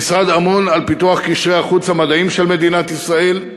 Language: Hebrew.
המשרד אמון על פיתוח של קשרי החוץ המדעיים של מדינת ישראל,